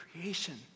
creation